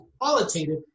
qualitative